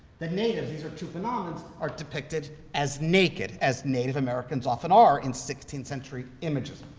the natives, these are tupinambas, are depicted as naked, as native americans often are in sixteenth century images.